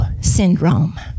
syndrome